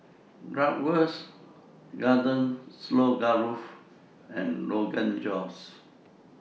Bratwurst Garden Stroganoff and Rogan Josh